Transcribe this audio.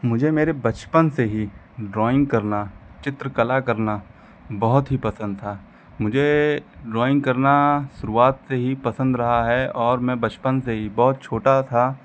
मुझे मेरे बचपन से ही ड्राइंग करना चित्रकला करना बहुत ही पसंद था मुझे ड्राइंग करना शुरुआत से ही पसंद रहा है और मैं बचपन से ही बहुत छोटा था